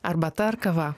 arbata ar kava